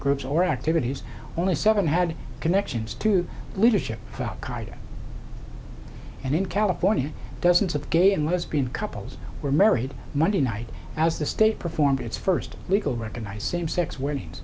groups or activities only seven had connections to leadership of al qaida and in california dozens of gay and lesbian couples were married monday night as the state performed its first legal recognize same sex w